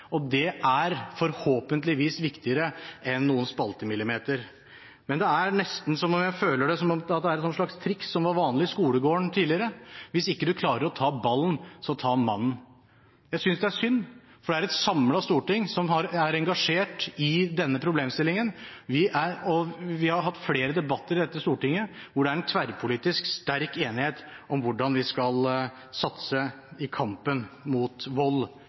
og det er forhåpentligvis viktigere enn noen spaltemillimeter. Men jeg føler det nesten som om det er et sånt triks som var vanlig i skolegården tidligere: Hvis man ikke klarer å ta ballen, så ta mannen. Jeg synes det er synd, for det er et samlet storting som er engasjert i denne problemstillingen. Vi har hatt flere debatter i dette stortinget, hvor det er en tverrpolitisk, sterk enighet om hvordan vi skal satse i kampen mot vold